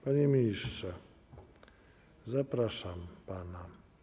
Panie ministrze, zapraszam pana.